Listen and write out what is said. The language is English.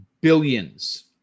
billions